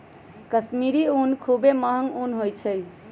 कश्मीरी ऊन खुब्बे महग ऊन होइ छइ